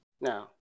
Now